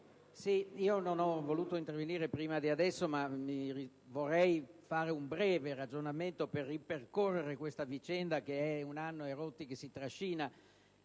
non sono voluto intervenire prima di adesso, ma vorrei fare un breve ragionamento per ripercorrere questa vicenda che è da più di un anno che si trascina,